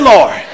Lord